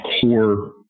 core